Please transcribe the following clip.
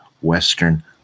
Western